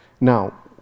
Now